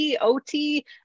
ot